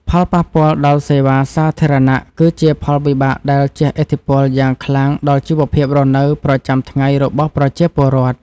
ផលប៉ះពាល់ដល់សេវាសាធារណៈ គឺជាផលវិបាកដែលជះឥទ្ធិពលយ៉ាងខ្លាំងដល់ជីវភាពរស់នៅប្រចាំថ្ងៃរបស់ប្រជាពលរដ្ឋ។